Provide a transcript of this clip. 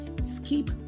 skip